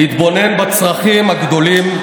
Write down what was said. להתבונן בצרכים הגדולים,